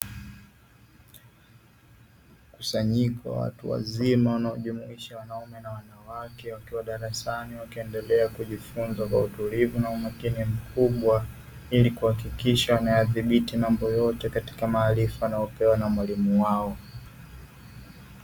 Mkusanyiko wa watu wazima unaojumuisha wanaume na wanawake wakiwa darasani wakiendelea kujifunza kwa utulivu na umakini mkubwa, ili kuhakikisha wanayadhibiti mambo yote katika maarifa yanayopewa na mwalimu wao.